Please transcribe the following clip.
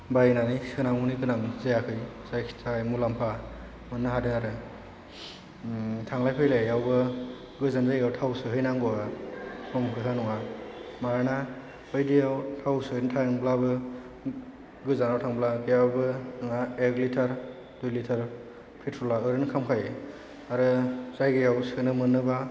बायनानै सोनांगौनि गोनां जायाखै जायनि थाखाय मुलाम्फा मोननो हादों आरो थांलाय फैलायावबो गोजान जायगायाव थाव सोहैनांगौवा खम खोथा नङा मानोना बैदियाव थाव सोनो थांब्लाबो गोजानाव थांब्ला बेयावबो नोंहा एक लिटार दुइ लिटार पेट्रला ओरैनो खामखायो आरो जायगायाव सोनो मोनोबा